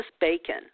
Bacon